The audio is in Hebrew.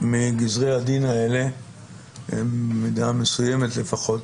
מגזרי הדין האלה הם, במידה מסוימת לפחות,